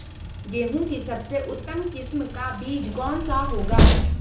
गेहूँ की सबसे उत्तम किस्म का बीज कौन सा होगा?